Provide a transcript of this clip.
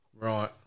Right